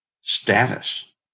status